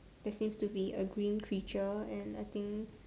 there seems to be a green creature and I think